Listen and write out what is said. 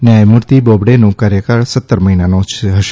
ન્યાયમૂર્તિ બોબડેનો કાર્યકાળ સત્તર મહિનાનો હશે